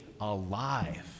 alive